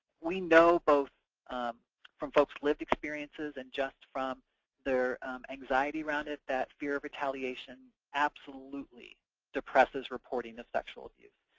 we know both from folks' lived experiences and just from their anxiety around it that fear of retaliation absolutely depresses reporting of sexual abuse.